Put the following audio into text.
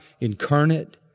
incarnate